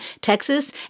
Texas